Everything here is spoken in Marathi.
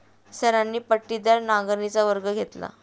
सरांनी पट्टीदार नांगरणीचा वर्ग घेतला